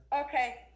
Okay